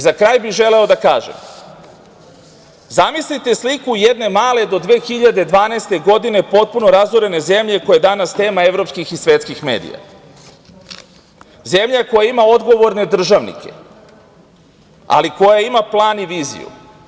Za kraj bih želeo da kažem - zamislite sliku jedne male do 2012. godine potpuno razorene zemlje koja je danas tema evropskih i svetskih medija, zemlja koja ima odgovorne državnike, ali koja ima plan i viziju.